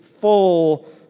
full